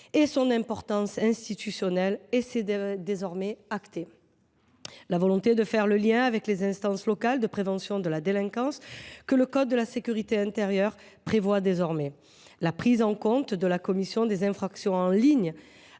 et son importance institutionnelle ; la volonté de faire le lien avec les instances locales de prévention de la délinquance, ce que le code de la sécurité intérieure prévoit désormais ; la prise en compte de la commission des infractions en ligne,